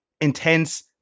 intense